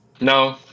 no